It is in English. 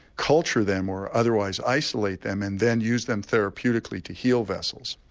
culture them or otherwise isolate them, and then use them therapeutically to heal vessels?